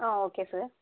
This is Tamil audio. ah okay sir